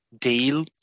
deal